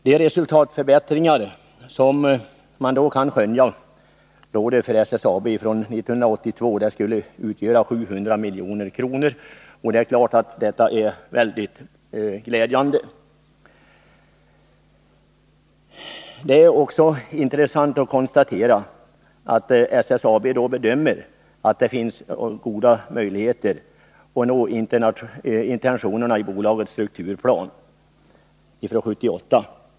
De resultatförbättringar för SSAB som kan skönjas beträffande 1982 skulle utgöra 700 milj.kr., och det är naturligtvis mycket glädjande. Det är också intressant att kunna konstatera att SSAB bedömer att det finns goda möjligheter att nå intentionerna i bolagets strukturplan från 1978.